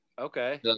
Okay